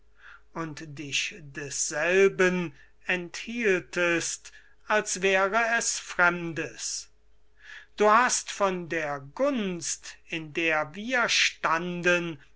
und dich desselben enthieltest als wäre es fremdes du hast von der gunst in der wir standen